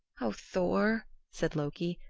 o thor, said loki,